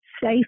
safe